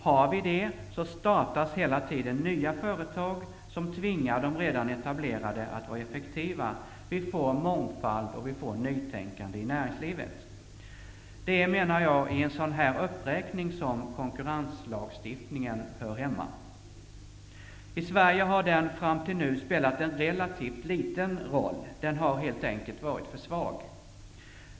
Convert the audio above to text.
Har vi ett sådant, startas hela tiden nya företag som tvingar de redan etablerade att vara effektiva. Vi får en mångfald och ett nytänkande i näringslivet. Det är, menar jag, i en sådan här uppräkning som konkurrenslagstiftningen hör hemma. I Sverige har den fram till nu spelat en relativt liten roll -- den har helt enkelt varit för svag.